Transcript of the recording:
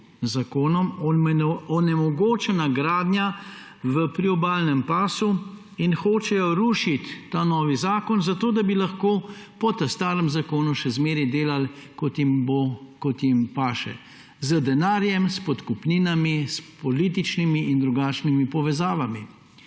zakonom onemogočena gradnja v priobalnem pasu in hočejo rušiti ta novi zakon zato, da bi lahko po starem zakonu še zmeraj delali, kot jim paše; z denarjem, s podkupninami, s političnimi in drugačnimi povezavami.